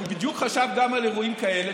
הוא חשב בדיוק גם על אירועים כאלה,